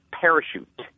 parachute